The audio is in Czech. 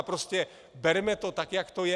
Prostě berme to tak, jak to je.